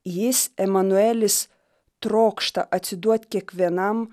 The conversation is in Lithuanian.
jis emanuelis trokšta atsiduot kiekvienam